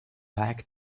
back